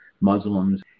Muslims